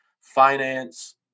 finance